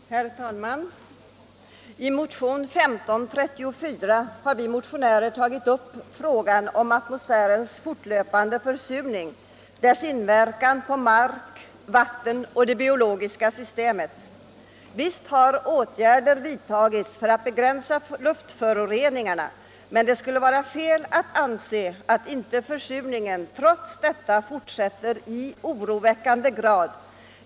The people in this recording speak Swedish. Herr talman! I motionen 1534 har vi motionärer tagit upp frågan om atmosfärens fortlöpande försurning, dess inverkan på mark, vatten och det biologiska systemet. Visst har åtgärder vidtagits för att begränsa luftföroreningarna, men det skulle vara fel att anse att inte försurningen trots detta fortsätter i oroväckande grad.